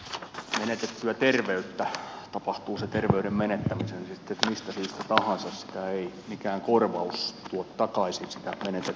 menetettyä terveyttä tapahtuu se terveyden menettäminen sitten mistä syystä tahansa ei mikään korvaus tuo takaisin